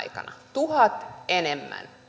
tuhat enemmän